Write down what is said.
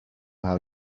how